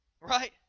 Right